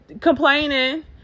Complaining